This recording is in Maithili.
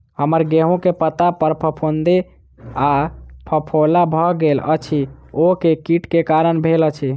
हम्मर गेंहूँ केँ पत्ता पर फफूंद आ फफोला भऽ गेल अछि, ओ केँ कीट केँ कारण भेल अछि?